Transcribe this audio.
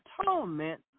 atonement